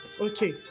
Okay